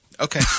Okay